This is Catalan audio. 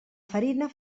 farina